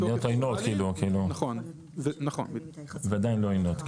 מדינות עוינות, ועדיין לא עוינות.